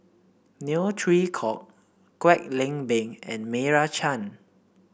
Neo Chwee Kok Kwek Leng Beng and Meira Chand